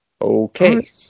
Okay